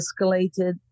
escalated